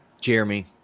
Jeremy